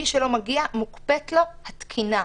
מי שלא מגיע, מוקפאת לו התקינה.